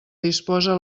disposa